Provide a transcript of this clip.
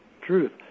truth